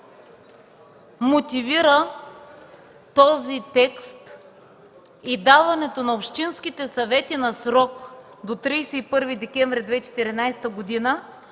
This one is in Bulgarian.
мотивира този текст за даването на общински съвети на срок до 31 декември 2014 г. да